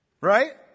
Right